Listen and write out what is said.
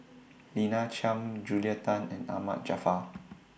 Lina Chiam Julia Tan and Ahmad Jaafar